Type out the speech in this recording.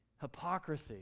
hypocrisy